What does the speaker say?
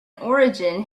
origin